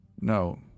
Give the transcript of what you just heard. no